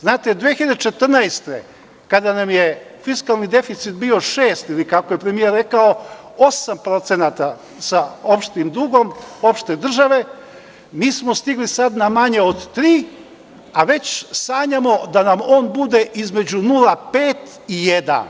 Znate, 2014. godine, kada nam je fiskalni deficit bio 6%, ili kako nam je premijer rekao 8% sa opštim dugom države, mi smo stigli sada na manje od 3%, a već sanjamo da nam on bude između 0,5% i 1%